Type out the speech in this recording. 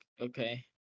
Okay